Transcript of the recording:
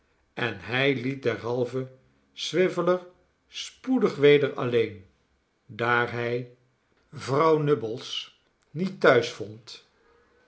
en hij liet derhalve swiveller spoedig weder alleen daar hij vrouw nubbles niet thuis vond